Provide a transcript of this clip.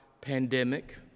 pandemic